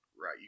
right